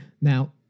Now